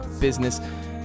business